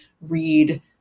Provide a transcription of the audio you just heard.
read